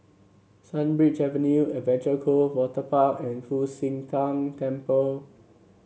Sunbird Avenue Adventure Cove Waterpark and Fu Xi Tang Temple